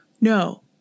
No